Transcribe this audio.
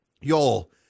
Y'all